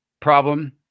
problem